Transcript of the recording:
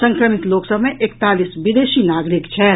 संक्रमित लोक सभ मे एकतालीस विदेशी नागरिक छथि